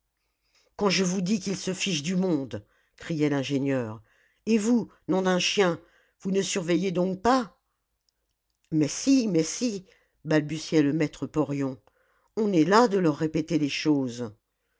quand je vous dis qu'ils se fichent du monde criait l'ingénieur et vous nom d'un chien vous ne surveillez donc pas mais si mais si balbutiait le maître porion on est las de leur répéter les choses